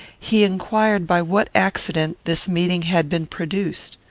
he inquired by what accident this meeting had been produced.